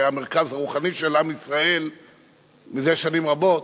המרכז הרוחני של עם ישראל מזה שנים רבות,